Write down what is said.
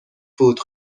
فود